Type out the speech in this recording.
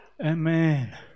Amen